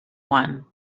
one